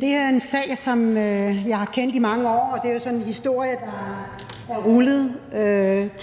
her er en sag, som jeg har kendt i mange år, og det er jo sådan en historie, der er rullet og